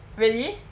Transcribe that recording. really